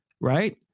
Right